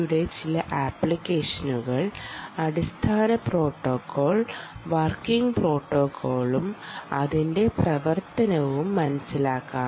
ഡിയുടെ ചില ആപ്ലിക്കേഷനുകൾ അടിസ്ഥാന പ്രോട്ടോക്കോൾ വർക്കിംഗ് പ്രോട്ടോക്കോളും അതിന്റെ പ്രവർത്തനവും മനസിലാക്കാം